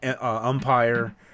umpire